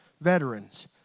veterans